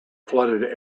flooded